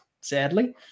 sadly